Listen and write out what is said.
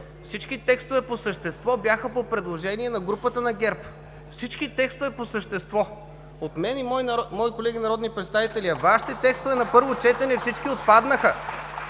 всички текстове по същество бяха по предложение на групата на ГЕРБ, всички текстове по същество – от мен и мои колеги народни представители, а всички Ваши текстове на първо четене отпаднаха.